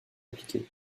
appliqué